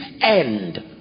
end